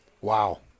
Wow